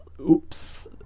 oops